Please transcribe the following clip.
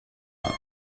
one